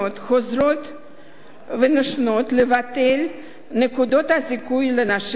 ונשנים לבטל נקודות זיכוי לנשים עובדות.